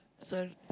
sir